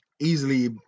easily